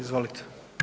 Izvolite.